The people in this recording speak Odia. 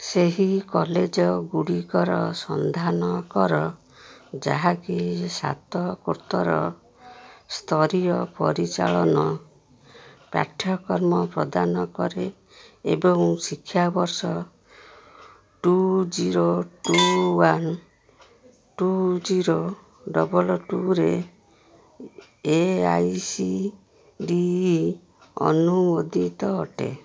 ସେହି କଲେଜଗୁଡ଼ିକର ସନ୍ଧାନ କର ଯାହାକି ସ୍ନାତକୋତ୍ତର ସ୍ତରୀୟ ପରିଚାଳନ ପାଠ୍ୟକର୍ମ ପ୍ରଦାନ କରେ ଏବଂ ଶିକ୍ଷାବର୍ଷ two zero two one two zero double ଟୁରେ A I C T E ଅନୁମୋଦିତ ଅଟେ